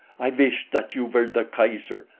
i wish that you were the kaiser.